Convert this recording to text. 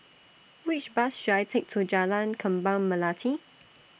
Which Bus should I Take to Jalan Kembang Melati